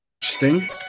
Sting